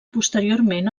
posteriorment